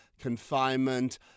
confinement